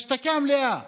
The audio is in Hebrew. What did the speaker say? שיתוק מלא.